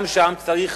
גם שם צריך